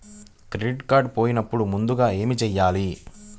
Credit card పోయినపుడు ముందుగా ఏమి చేయాలి?